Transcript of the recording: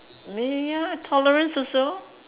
may ah tolerance also